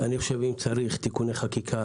אני חושב שצריך תיקוני חקיקה,